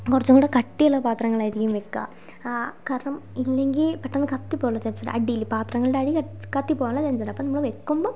കുറച്ചുംകൂടി കട്ടിയുള്ള പാത്രങ്ങൾ ആയിരിക്കും വയ്ക്കുക ആ കാരണം ഇല്ലെങ്കിൽ പെട്ടന്ന് കത്തി പോകാനുള്ള ചാൻസ് ഉണ്ട് അടിയിൽ പാത്രങ്ങളുടെ അടി കത്തി കത്തിപ്പോകാനുള്ള ചാൻസുണ്ട് അപ്പോൾ നമ്മൾ വയ്ക്കുമ്പം